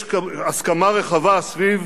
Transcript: יש הסכמה רחבה סביב